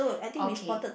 okay